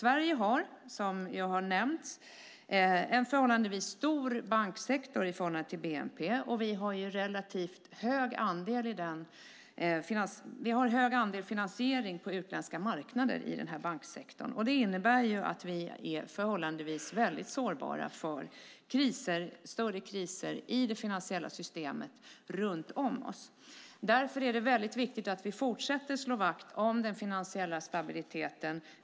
Sverige har, som jag har nämnt, en förhållandevis stor banksektor i förhållande till bnp, och banksektorn har hög andel finansiering på utländska marknader. Det innebär att vi är förhållandevis sårbara för större kriser i det finansiella systemet runt om oss. Därför är det viktigt att vi fortsätter slå vakt om den finansiella stabiliteten.